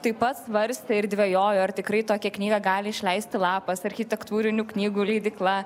taip pat svarstė ir dvejojo ar tikrai tokią knygą gali išleisti lapas architektūrinių knygų leidykla